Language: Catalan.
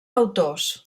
autors